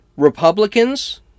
Republicans